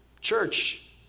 Church